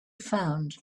found